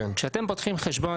כשאתם פותחים חשבון,